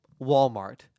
Walmart